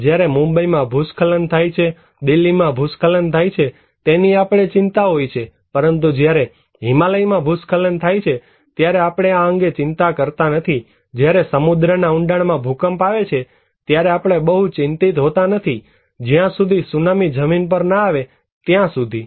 જ્યારે મુંબઈમાં ભૂસ્ખલન થાય છે દિલ્હીમાં ભૂસ્ખલન થાય છે તેની આપણને ચિંતા હોય છે પરંતુ જ્યારે હિમાલયમાં ભૂસ્ખલન થાય છે ત્યારે આપણે આ અંગે ચિંતા કરતા નથી જ્યારે સમુદ્રના ઊંડાણમાં ભૂકંપ આવે છે ત્યારે આપણે બહુ ચિંતિત હોતા નથી જ્યાં સુધી સુનામી જમીન પર ન આવે ત્યાં સુધી